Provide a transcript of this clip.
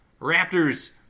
Raptors